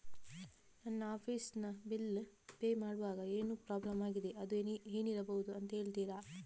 ನನ್ನ ಆಫೀಸ್ ನ bill pay ಮಾಡ್ವಾಗ ಏನೋ ಪ್ರಾಬ್ಲಮ್ ಆಗಿದೆ ಅದು ಏನಿರಬಹುದು ಅಂತ ಹೇಳ್ತೀರಾ?